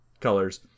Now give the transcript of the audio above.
colors